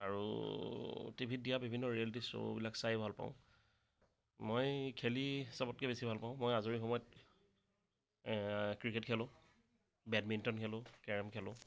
আৰু টিভিত দিয়া বিভিন্ন ৰিয়েলিটি শ্ব' বিলাক চাই ভাল পাওঁ মই খেলি চবতকে বেছি ভাল পাওঁ মই আজৰি সময়ত ক্ৰিকেট খেলো বেডমিণ্টন খেলো কেৰম খেলো